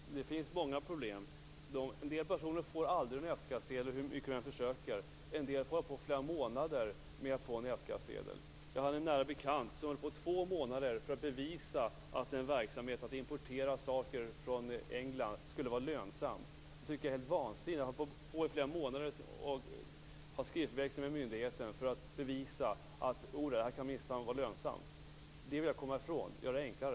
Fru talman! Det finns många problem. En del personer får aldrig en F-skattsedel hur mycket de än försöker. En del får hålla på i flera månader med att få en F-skattsedel. Jag har en nära bekant som fick hålla på i två månader för att bevisa att verksamheten att importera saker från England skulle vara lönsam. Jag tycker att det är helt vansinnigt att man i flera månader skall ha skriftväxling med myndigheter för att bevisa att verksamheten kan vara lönsam. Det vill vi komma ifrån och göra det enklare.